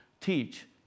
teach